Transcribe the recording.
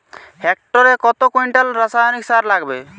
হেক্টরে কত কুইন্টাল রাসায়নিক সার লাগবে?